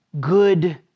good